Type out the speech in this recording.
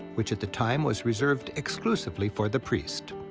which at the time was reserved exclusively for the priest.